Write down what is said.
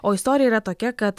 o istorija yra tokia kad